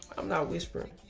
i'm not whispering.